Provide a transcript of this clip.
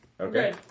Okay